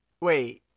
wait